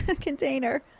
container